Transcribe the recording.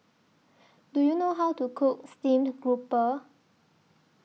Do YOU know How to Cook Steamed Grouper